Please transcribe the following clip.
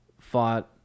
Fought